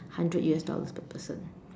hundred U_S dollars per person